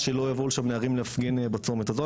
שלא יבואו לשם נערים להפגין בצומת הזו.